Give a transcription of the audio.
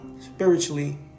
spiritually